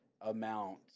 amount